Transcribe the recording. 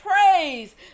praise